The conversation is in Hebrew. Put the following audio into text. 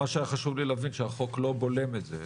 מה שהיה חשוב לי להבין, שהחוק לא בולם את זה.